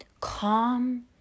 calm